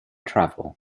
travel